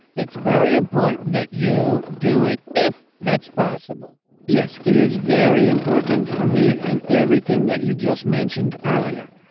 it's very important that you do it, if that's possible yes, it is very important. for me and everything that you just mentioned earlier,